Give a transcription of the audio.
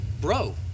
bro